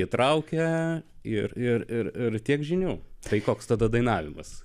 įtraukia ir ir ir tiek žinių tai koks tada dainavimas